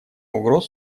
угроз